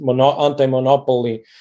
anti-monopoly